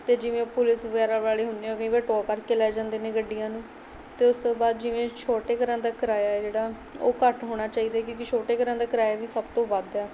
ਅਤੇ ਜਿਵੇਂ ਪੁਲਿਸ ਵਗੈਰਾ ਵਾਲੇ ਹੁੰਦੇ ਹੈ ਉਹ ਕਈ ਵਾਰ ਟੋਅ ਕਰਕੇ ਲੈ ਜਾਂਦੇ ਨੇ ਗੱਡੀਆਂ ਨੂੰ ਅਤੇ ਉਸ ਤੋਂ ਬਾਅਦ ਜਿਵੇਂ ਛੋਟੇ ਘਰਾਂ ਦਾ ਕਿਰਾਇਆ ਹੈ ਜਿਹੜਾ ਉਹ ਘੱਟ ਹੋਣਾ ਚਾਹੀਦਾ ਹੈ ਕਿਉਂਕਿ ਛੋਟੇ ਘਰਾਂ ਦਾ ਕਿਰਾਇਆ ਵੀ ਸਭ ਤੋਂ ਵੱਧ ਹੈ